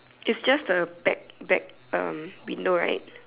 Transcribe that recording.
it's just the back back um window right